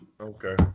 Okay